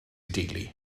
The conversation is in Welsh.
deulu